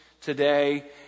today